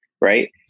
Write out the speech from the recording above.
right